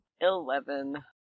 Eleven